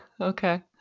Okay